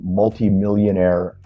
multi-millionaire